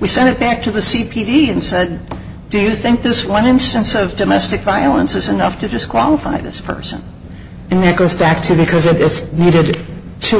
we send it back to the c p and said do you think this one instance of domestic violence is enough to disqualify this person and that goes back to because of this needed to